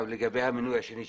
לגבי המינוי השני,